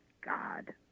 god